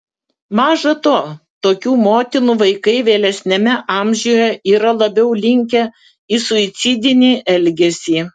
maža to tokių motinų vaikai vėlesniame amžiuje yra labiau linkę į suicidinį elgesį